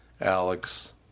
Alex